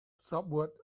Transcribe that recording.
subword